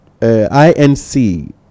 INC